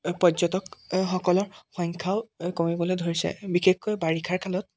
পৰ্যটকসকলৰ সংখ্যাও কমিবলৈ ধৰিছে বিশেষকৈ বাৰিষাৰকালত